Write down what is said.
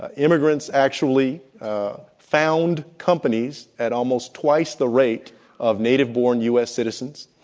ah immigrants actually found companies at almost twice the rate of native born u. s. citizens.